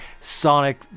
Sonic